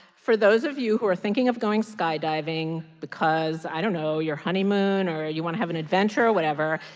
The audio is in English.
for those of you who are thinking of going skydiving because i don't know your honeymoon or you want to have an adventure or whatever,